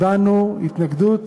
הבענו התנגדות